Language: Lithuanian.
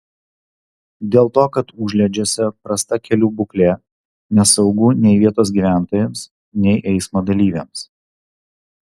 dėl to kad užliedžiuose prasta kelių būklė nesaugu nei vietos gyventojams nei eismo dalyviams